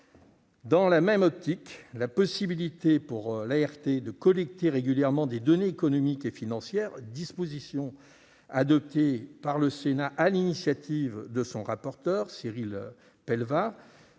Dans la même perspective, la possibilité offerte à l'ART de collecter régulièrement des données économiques et financières, disposition adoptée par le Sénat sur l'initiative de son rapporteur Cyril Pellevat,